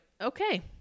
okay